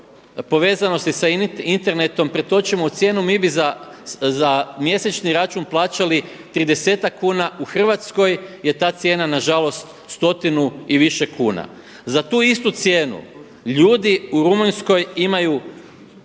povezanosti sa internetom pretočimo u cijenu mi bi za mjesečni račun plaćali 30-ak kuna u Hrvatskoj je ta cijena nažalost stotinu i više kuna. Za tu istu cijenu ljudi u Rumunjskoj imaju